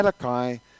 Malachi